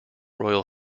royal